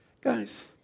guys